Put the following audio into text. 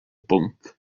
bwnc